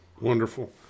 wonderful